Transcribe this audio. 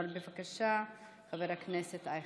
בבקשה, חבר הכנסת אייכלר.